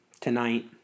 tonight